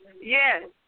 Yes